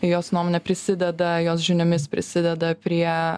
jos nuomone prisideda jos žiniomis prisideda prie